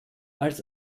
als